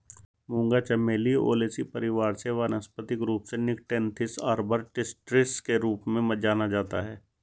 मूंगा चमेली ओलेसी परिवार से वानस्पतिक रूप से निक्टेन्थिस आर्बर ट्रिस्टिस के रूप में जाना जाता है